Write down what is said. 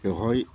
बेवहाय